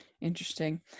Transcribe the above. interesting